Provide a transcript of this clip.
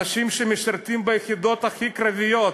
אנשים שמשרתים ביחידות הכי קרביות.